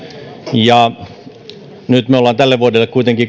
ja nyt me olemme tälle vuodelle kuitenkin